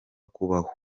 kubaho